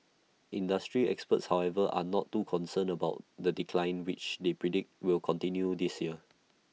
industry experts however are not too concerned about the decline which they predict will continue this year